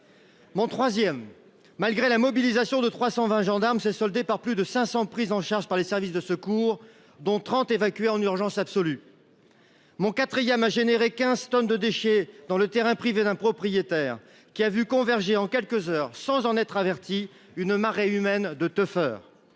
Mon 3ème. Malgré la mobilisation de 320 gendarmes s'est soldée par plus de 500 prise en charge par les services de secours dont 30 évacué en urgence absolue. Mon 4ème a généré 15 tonnes de déchets dans le terrain privé d'un propriétaire qui a vu converger en quelques heures, sans en être averti une marée humaine de teufeurs